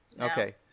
Okay